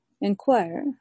inquire